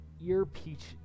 ear-peach